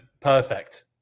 Perfect